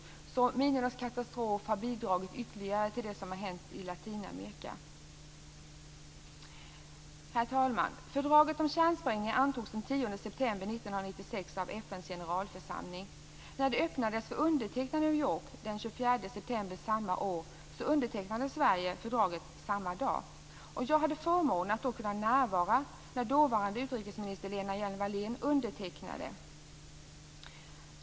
Katastrofen med minorna har bidragit ytterligare till det som har hänt i Latinamerika. Herr talman! Fördraget om kärnsprängningar antogs den 10 september 1996 av FN:s generalförsamling. När det öppnades för undertecknande i New Sverige fördraget samma dag. Jag hade förmånen att kunna närvara när dåvarande utrikesminister Lena Hjelm-Wallén undertecknade dokumentet.